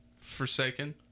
Forsaken